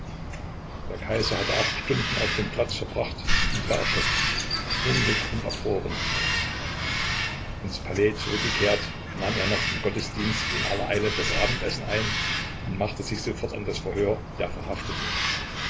der kaiser hatte acht stunden auf dem platz verbracht und war erschöpft hungrig und erfroren ins palais zurückgekehrt nahm er nach dem gottesdienst in aller eile das abendessen ein und machte sich sofort an das verhör der verhafteten